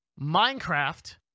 Minecraft